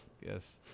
Yes